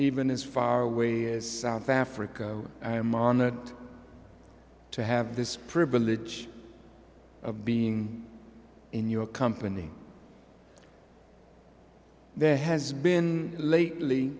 even as far away as south africa i am honored to have this privilege of being in your company there has been lately